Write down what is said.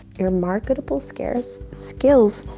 your marketable scares skils.